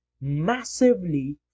massively